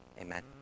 Amen